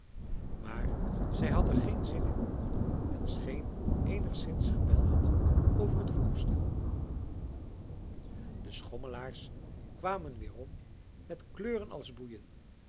maar zij had er geen zin in en scheen eenigszins gebelgd over het voorstel de schommelaars kwamen weerom met kleuren als boeien